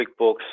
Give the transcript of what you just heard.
QuickBooks